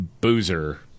boozer